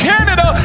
Canada